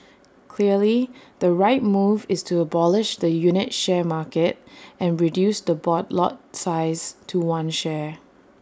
clearly the right move is to abolish the unit share market and reduce the board lot size to one share